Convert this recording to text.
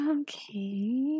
Okay